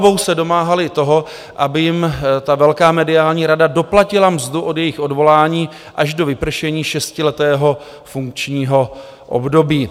Žalobou se domáhali toho, aby jim ta velká mediální rada doplatila mzdu od jejich odvolání až do vypršení šestiletého funkčního období.